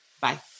Bye